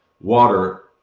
water